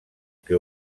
que